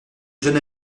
jeune